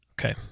Okay